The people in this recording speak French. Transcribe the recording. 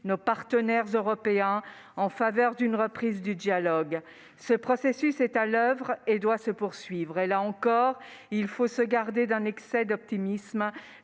nos partenaires européens en faveur d'une reprise du dialogue. Ce processus est à l'oeuvre et doit se poursuivre. Et, là encore, il faut se garder d'un excès d'optimisme